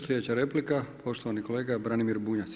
Sljedeća replika, poštovani kolega Branimir Bunjac.